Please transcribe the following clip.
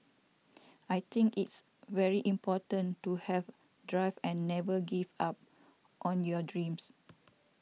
I think it's very important to have drive and never give up on your dreams